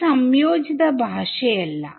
അത് സംയോജിത ഭാഷയല്ല